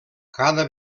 cada